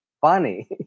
funny